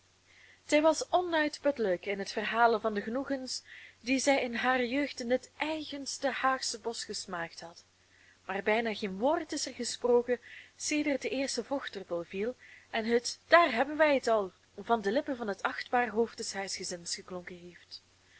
zij was onuitputtelijk in het verhalen van de genoegens die zij in hare jeugd in dit eigenste haagsche bosch gesmaakt had maar bijna geen woord is er gesproken sedert de eerste vochtdruppel viel en het daar hebben wij het al van de lippen van het achtbaar hoofd des huisgezins geklonken heeft